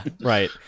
right